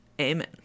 amen